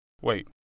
Wait